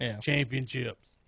championships